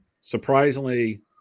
surprisingly